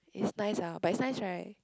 it's nice ah but it's nice right